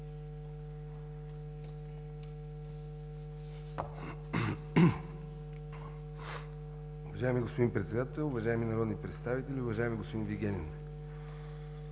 Уважаеми господин Председател, уважаеми народни представители, уважаеми господин Вигенин!